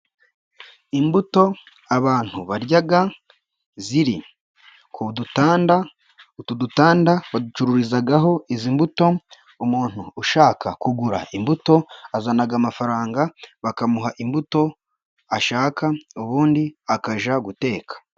Imbuto abantu barya ziri ku dutanda. Utu dutanda baducururizaho izi mbuto, Umuntu ushaka kugura imbuto azana amafaranga bakamuha imbuto ashaka, ubundi akajya guteka.